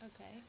Okay